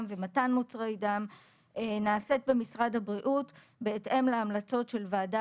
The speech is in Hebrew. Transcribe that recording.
ומתן מוצרי דם נעשית במשרד הבריאות בהתאם להמלצות של ועדה